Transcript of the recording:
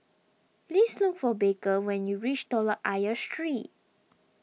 please look for Baker when you reach Telok Ayer Street